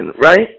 right